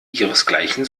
ihresgleichen